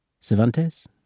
Cervantes